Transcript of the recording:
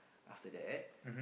after that